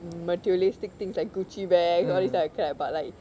materialistic things like gucci bag all these kind of crap but like